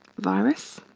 virus.